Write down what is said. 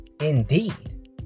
Indeed